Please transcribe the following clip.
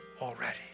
already